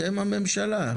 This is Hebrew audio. אתם הממשלה.